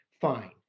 fine